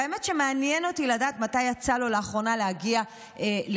והאמת היא שמעניין אותי לדעת מתי יצא לו לאחרונה להגיע לכפר